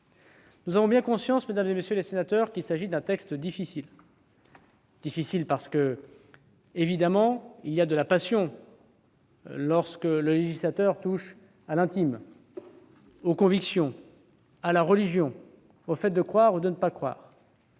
Nous avons bien conscience, mesdames, messieurs les sénateurs, qu'il s'agit d'un texte difficile. En effet, la passion ne manque pas de se déclencher lorsque le législateur touche à l'intime, aux convictions, à la religion, au fait de croire ou de ne pas croire.